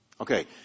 Okay